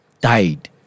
died